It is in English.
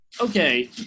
okay